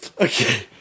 Okay